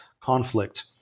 conflict